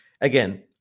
again